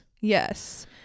Yes